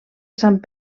sant